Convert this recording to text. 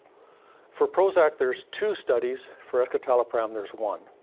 for prozac, there's two studies. for escitalopram, there's one.